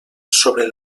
sobre